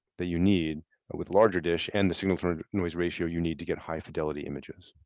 that you need with larger dish and the signal to noise ratio you need to get high fidelity images.